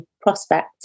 prospect